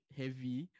heavy